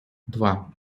два